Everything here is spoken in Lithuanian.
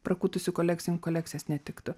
prakutusių kolekcijų kolekcijas netiktų